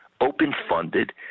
open-funded